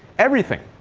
everything,